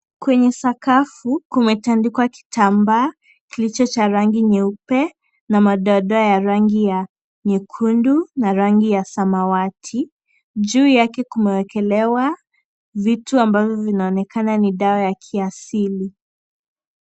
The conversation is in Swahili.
Kumetandikwa kitambaa kilicho cha rangi nyeupe na madoa doa ya rangi ya nyekundu na rangi ya samawati, juu yake kumewekelewa vitu ambavyo vinaonekana ni dawa ya kiasili.